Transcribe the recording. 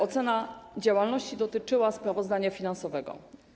Ocena działalności dotyczyła sprawozdania finansowego.